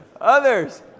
others